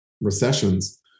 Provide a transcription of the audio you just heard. recessions